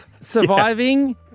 surviving